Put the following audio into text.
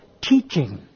teaching